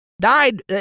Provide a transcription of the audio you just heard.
Died